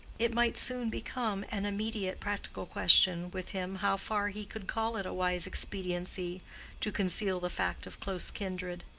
it might soon become an immediate practical question with him how far he could call it a wise expediency to conceal the fact of close kindred.